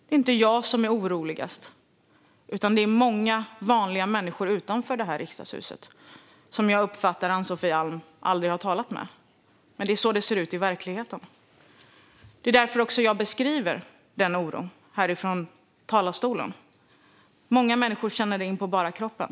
Det är inte jag som är oroligast, utan det är många vanliga människor utanför Riksdagshuset som jag uppfattar att Ann-Sofie Alm aldrig har talat med. Det är så det ser ut i verkligheten. Det är också därför jag beskriver den oron från talarstolen. Många människor känner det in på bara kroppen.